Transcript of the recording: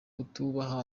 kutubaha